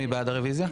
בניגוד לחבר סיעתך.